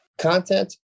Content